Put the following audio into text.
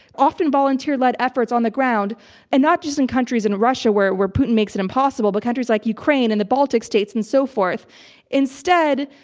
often volunteer-led like efforts on the ground and not just in countries in russia where where putin makes it impossible, but countries like ukraine and the baltic states and so forth. one